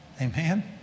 Amen